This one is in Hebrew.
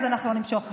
אז אנחנו לא נמשוך זמן.